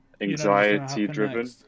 anxiety-driven